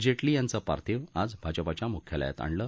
जेटली यांचं पार्थिव ाज भाजपाच्या मुख्यालयात आणलं